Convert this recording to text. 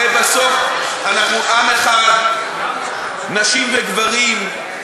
הרי בסוף אנחנו עם אחד, נשים וגברים,